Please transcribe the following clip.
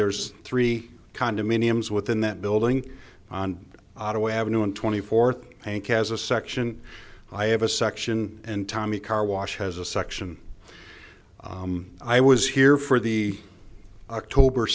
there's three condominiums within that building on auto avenue and twenty fourth has a section i have a section and tommy car wash has a section i was here for the october